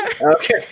okay